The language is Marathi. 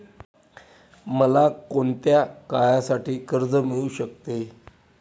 मला कोणत्या काळासाठी कर्ज मिळू शकते?